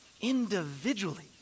individually